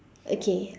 okay